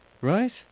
Right